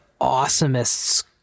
awesomest